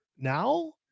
Now